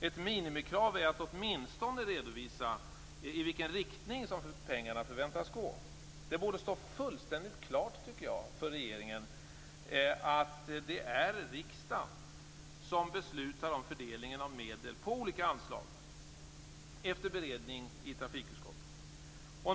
Ett minimikrav är att åtminstone redovisa i vilken riktning som pengarna förväntas gå. Det borde stå fullständigt klart för regeringen att det är riksdagen som beslutar om fördelningen av medel på olika anslag efter beredning i trafikutskottet.